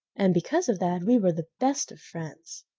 and because of that we were the best of friends.